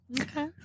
Okay